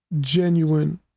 genuine